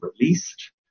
released